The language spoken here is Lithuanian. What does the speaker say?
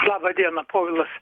laba diena povilas